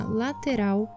lateral